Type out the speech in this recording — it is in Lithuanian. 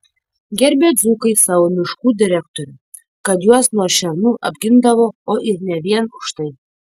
gerbė dzūkai savo miškų direktorių kad juos nuo šernų apgindavo o ir ne vien už tai